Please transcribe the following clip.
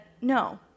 no